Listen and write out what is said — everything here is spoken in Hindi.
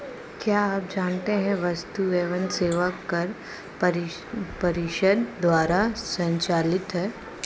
क्या आप जानते है वस्तु एवं सेवा कर परिषद द्वारा संचालित है?